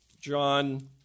John